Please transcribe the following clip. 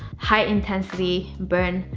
high-intensity burn,